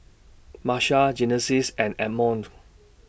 Marsha Genesis and Edmond